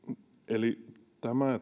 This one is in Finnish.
eli